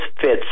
fits